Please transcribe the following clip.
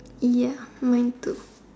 ya mine too